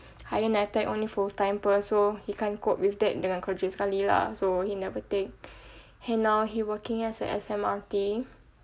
higher NITEC only full time [pe] so he can't cope with that dengan kerja sekali so he never take and now he working as a S_M_R_T